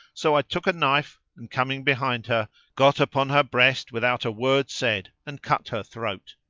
so i took a knife and coming behind her got upon her breast without a word said and cut her throat.